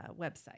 website